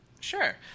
Sure